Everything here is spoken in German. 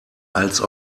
als